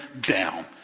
down